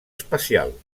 espacial